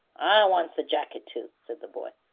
i wants the jacket too, said the boy.